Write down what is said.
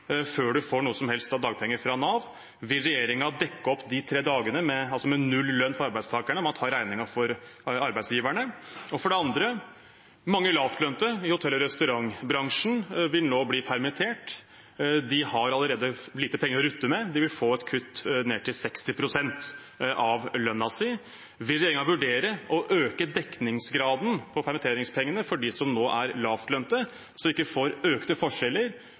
før man får dagpenger fra Nav. Vil regjeringen dekke opp de tre dagene med null lønn for arbeidstakerne og ta regningen for arbeidsgiverne? For det andre: Mange lavtlønte i hotell- og restaurantbransjen vil nå bli permittert. De har allerede lite penger å rutte med. De vil få et kutt ned til 60 pst. av lønnen sin. Vil regjeringen vurdere å øke dekningsgraden på permitteringspengene for dem som nå er lavlønte, slik at vi ikke får økte forskjeller